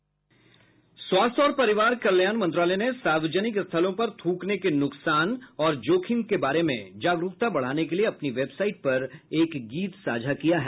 स्वास्थ्य और परिवार कल्याण मंत्रालय ने सार्वजनिक स्थलों पर थ्रकने के नुकसान और जोखिम के बारे में जागरूकता बढ़ाने के लिए अपनी वेबसाइट पर एक गीत साझा किया है